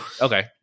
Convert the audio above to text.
Okay